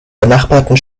benachbarten